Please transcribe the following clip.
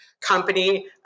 company